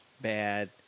bad